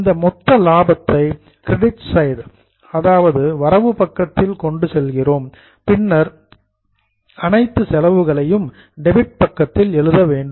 இந்த மொத்த லாபத்தை கிரெடிட் சைட் கிரெடிட் அல்லது வரவு பக்கத்தில் கொண்டு செல்கிறோம் பின்னர் அனைத்து செலவுகளையும் டெபிட் பக்கத்தில் எழுத வேண்டும்